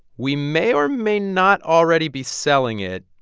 we may or may not already be selling it.